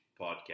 podcast